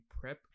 prep